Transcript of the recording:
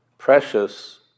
Precious